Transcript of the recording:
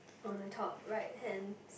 on the top right hand